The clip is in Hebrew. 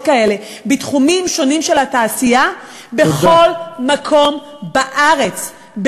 כאלה בתחומים שונים של התעשייה בכל מקום בארץ.